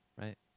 right